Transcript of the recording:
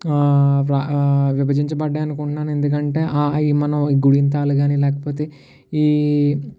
వ విభజించబడ్డాయి అనుకుంటున్నాను ఎందుకు అంటే మనం లేకపోతే గుణింతాలు కానీ లేకపోతే ఈ